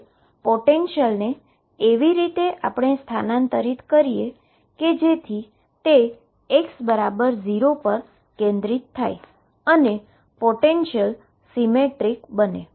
હવે પોટેંશિયલને એવી રીતે સ્થાનાંતરિત કરીએ કે જેથી તે x 0 પર કેન્દ્રિત થાય અને પોટેંશિયલ સીમેન્ટ્ર્રીક બને